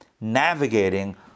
navigating